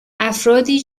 افرادی